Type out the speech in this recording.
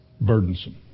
burdensome